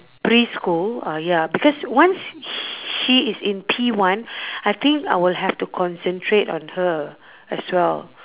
preschool uh ya because once h~ she is in P one I think I will have to concentrate on her as well